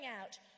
out